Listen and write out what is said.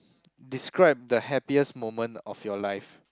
describe the happiest moment of your life